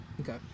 Okay